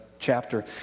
chapter